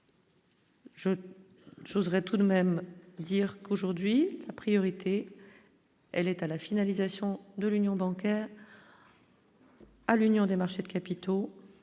voudrais tout de même dire qu'aujourd'hui une priorité, elle est à la finalisation de l'union bancaire. à l'Union des marchés de capitaux